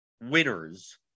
winners